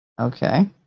Okay